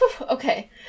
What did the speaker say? okay